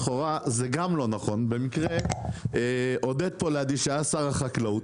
לא נכון, במקרה עודד פה לידי, שהיה שר החקלאות,